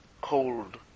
cold